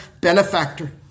benefactor